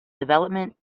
development